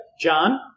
John